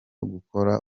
gukora